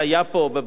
בבית הזה,